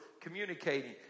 communicating